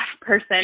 person